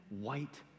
white